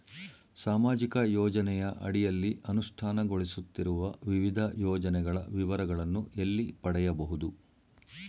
ಸಾಮಾಜಿಕ ಯೋಜನೆಯ ಅಡಿಯಲ್ಲಿ ಅನುಷ್ಠಾನಗೊಳಿಸುತ್ತಿರುವ ವಿವಿಧ ಯೋಜನೆಗಳ ವಿವರಗಳನ್ನು ಎಲ್ಲಿ ಪಡೆಯಬಹುದು?